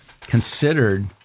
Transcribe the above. considered